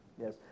Yes